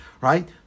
Right